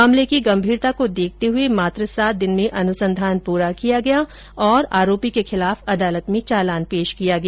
मामले की गंभीरता को देखते हुए मात्र सात दिन में अनुसंधान पूरा किया गया और आरोपी के खिलाफ अदालत में चालान पेश किया गया